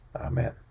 Amen